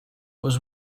was